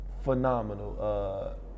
Phenomenal